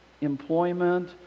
employment